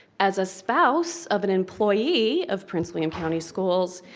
as a spouse of an employee of prince william county schools,